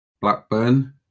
Blackburn